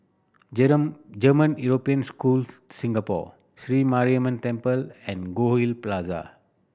German European School Singapore Sri Mariamman Temple and Goldhill Plaza